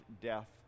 death